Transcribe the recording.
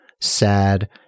sad